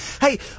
Hey